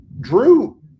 drew